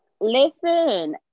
listen